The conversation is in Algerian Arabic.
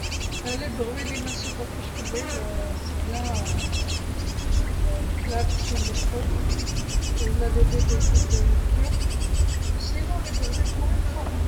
الحس لمصيبورتيهش في الليل هي لكلاب كينبحو، و لا الصغار كيبداو يبكو، وإلا الحس لخرين عادي.